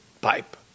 pipe